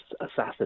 assassins